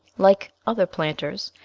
like other planters,